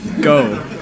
Go